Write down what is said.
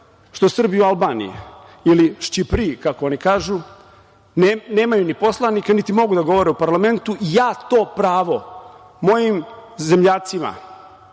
što Srbi u Albaniji ili Šćipriji, kako oni kažu, nemaju ni poslanike, niti mogu da govore u parlamentu, ja to pravo mojim zemljacima,